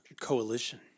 Coalition